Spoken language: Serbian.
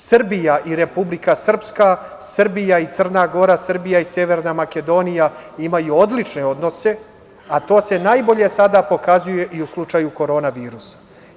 Srbija i Republika Srpska, Srbija i Crna Gora, Srbija i Severna Makedonija imaju odlične odnose, a to se najbolje sada pokazuje i u slučaju korona virusa.